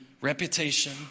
reputation